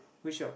which job